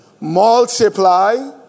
multiply